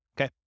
Okay